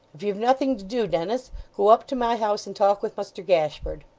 if you've nothing to do, dennis, go up to my house and talk with muster gashford.